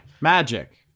Magic